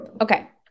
okay